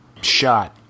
shot